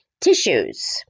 Tissues